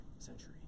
century